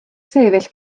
sefyll